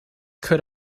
could